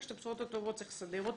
רק שאת הבשורות הטובות צריך לסדר.